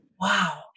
Wow